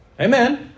Amen